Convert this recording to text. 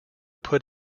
put